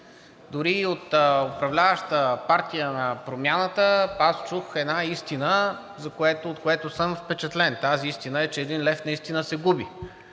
дори и от управляващата партия на Промяната, аз чух една истина, от което съм впечатлен. Тази истина е, че един лев наистина се губи.